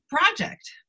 project